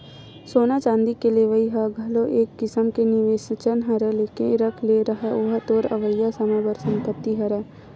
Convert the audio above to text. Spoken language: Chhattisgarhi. सोना चांदी के लेवई ह घलो एक किसम के निवेसेच हरय लेके रख ले रहा ओहा तोर अवइया समे बर संपत्तिच हरय